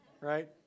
right